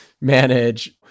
manage